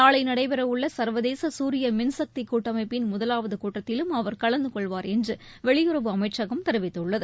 நாளை நடைபெறவுள்ள சா்வதேச சூரிய மின்சக்தி கூட்டமைப்பின் முதலாவது கூட்டத்திலும் அவா் கலந்து கொள்வார் என்று வெளியுறவு அமைச்சகம் தெரிவித்துள்ளது